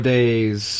Days